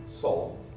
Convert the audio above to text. soul